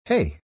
Hey